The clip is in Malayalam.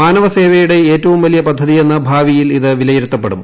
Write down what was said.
മാനവസേവയുടെ ഏറ്റവും വലിയ പദ്ധതിയെന്ന് ഭാവിയിൽ ഇതിനെ വിലയിരുത്തും